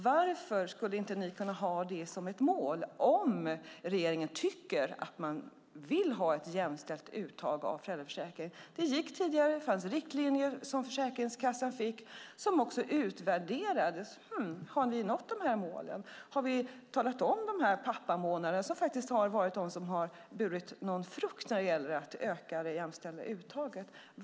Varför kan ni inte ha jämställdheten som mål, om regeringen vill ha ett jämställt uttag av föräldraförsäkringen? Det gick tidigare. Det fanns riktlinjer till Försäkringskassan. De utvärderades. Har målen nåtts? Har man talat om pappamånaden, som faktiskt har burit frukt när det gäller att öka det jämställda uttaget?